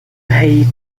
hate